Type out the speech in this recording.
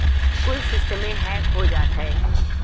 कुल सिस्टमे हैक हो जात हौ